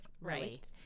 right